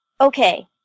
okay